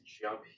jump